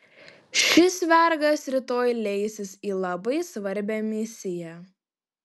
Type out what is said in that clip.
šis vergas rytoj leisis į labai svarbią misiją